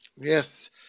Yes